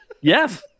Yes